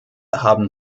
haben